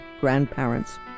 grandparents